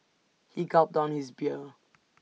he gulped down his beer